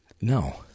No